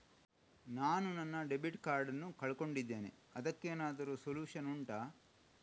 ನಾನು ನನ್ನ debit card ನ್ನು ಕಳ್ಕೊಂಡಿದ್ದೇನೆ ಅದಕ್ಕೇನಾದ್ರೂ ಸೊಲ್ಯೂಷನ್ ಉಂಟಾ